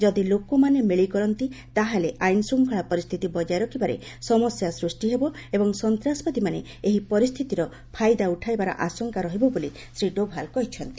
ଯଦି ଲୋକମାନେ ମେଳି କରନ୍ତି ତାହେଲେ ଆଇନଶୃଙ୍ଖଳା ପରିସ୍ଥିତି ବଜାୟ ରଖିବାରେ ସମସ୍ୟା ସୃଷ୍ଟି ହେବ ଏବଂ ସନ୍ତାସବାଦୀମାନେ ଏହି ପରିସ୍ଥିତିର ଫାଇଦା ଉଠାଇବାର ଆଶଙ୍କା ରହିବ ବୋଲି ଶ୍ରୀ ଡୋଭାଲ କହିଛନ୍ତି